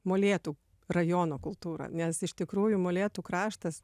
molėtų rajono kultūrą nes iš tikrųjų molėtų kraštas